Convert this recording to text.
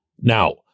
Now